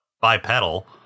bipedal